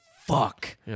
Fuck